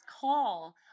call